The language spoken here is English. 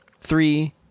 three